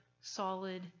solid